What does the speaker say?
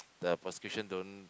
the prosecution don't